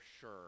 sure